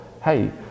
hey